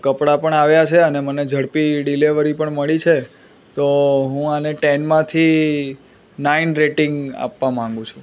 કપડાં પણ આવ્યાં છે અને મને ઝડપી ડિલેવરી પણ મળી છે તો હું આને ટેનમાંથી નાઇન રેટિંગ આપવા માગું છું